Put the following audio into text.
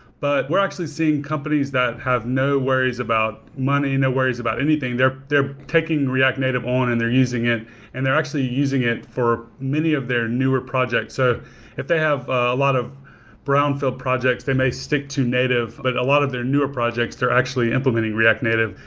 but we're actually seeing companies that have no worries about money, no worries about anything. they're they're taking react native on and they're using it and they're actually using it for many of their newer projects. ah if they have a lot of brownfield projects, they may stick to native, but a lot of their newer projects, they're actually implementing react native.